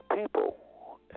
people